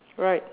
right